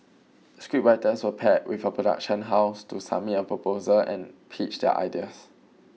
scriptwriters were paired with a production house to submit a proposal and pitch their ideas